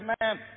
man